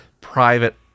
private